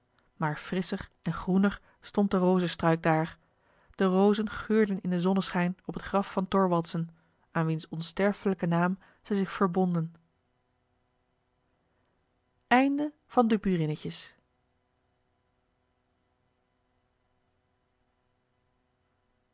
maar frisscher en groener stond de rozestruik daar de rozen geurden in den zonneschijn op het graf van thorwaldsen aan wiens onsterfelijken naam zij zich verbonden